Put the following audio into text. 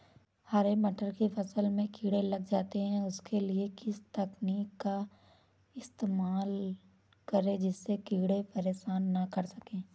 हरे मटर की फसल में कीड़े लग जाते हैं उसके लिए किस तकनीक का इस्तेमाल करें जिससे कीड़े परेशान ना कर सके?